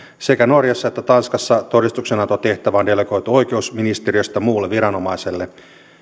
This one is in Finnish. sekä norjassa että tanskassa todistuksenantotehtävä on delegoitu oikeusministeriöstä muulle viranomaiselle